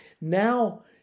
now